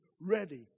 ready